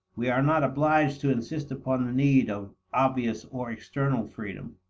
we are not obliged to insist upon the need of obvious, or external, freedom.